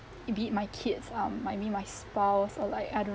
it be it my kids um my I mean my spouse or like I don't